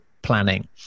Planning